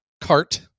cart